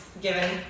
given